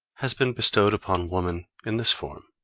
has been bestowed upon women in this form.